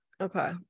Okay